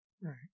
Right